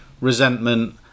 resentment